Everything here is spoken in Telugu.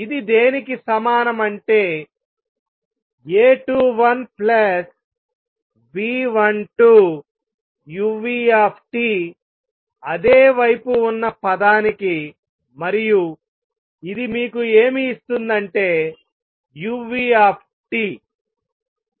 ఇది దేనికి సమానం అంటే A21B12uT అదే వైపు ఉన్న పదానికి మరియు ఇది మీకు ఏమి ఇస్తుంది అంటే uT